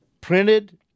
printed